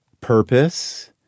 purpose